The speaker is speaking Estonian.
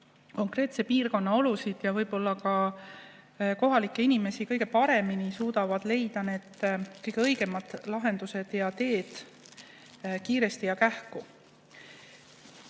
konkreetse piirkonna olusid ja ka kohalikke inimesi kõige paremini, suudavad leida need kõige õigemad lahendused ja teed kiiresti ja kähku. Mis